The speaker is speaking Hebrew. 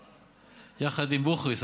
יחד עם בוכריס,